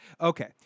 Okay